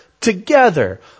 together